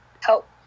help